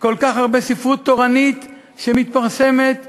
כל כך הרבה ספרות תורנית שמתפרסמת יום-יום.